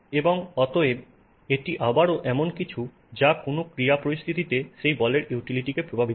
এবং অতএব এটি আবারও এমন কিছু যা কোনও ক্রীড়া পরিস্থিতিতে সেই বলের ইউটিলিটিকে প্রভাবিত করে